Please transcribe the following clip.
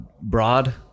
broad